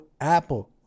Apple